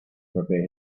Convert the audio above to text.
prepare